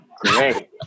great